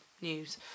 news